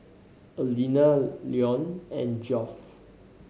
Aleena Leone and Geoff